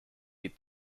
eat